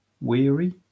weary